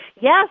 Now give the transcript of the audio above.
Yes